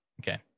Okay